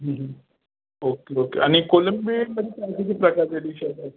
okay okay आणि कोलंबीमध्ये आणखी किती प्रकारच्या डिश येतात